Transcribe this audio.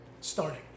starting